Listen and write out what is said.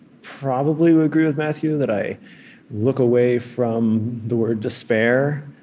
probably would agree with matthew that i look away from the word despair.